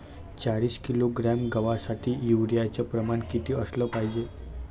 चाळीस किलोग्रॅम गवासाठी यूरिया च प्रमान किती असलं पायजे?